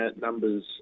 numbers